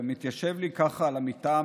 ומתיישב לי ככה על המיטה,